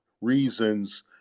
reasons